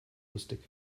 lustig